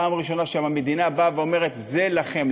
פעם ראשונה שם המדינה באה אומרת: זה לכם,